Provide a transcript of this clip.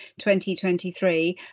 2023